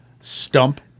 Stump